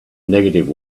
negative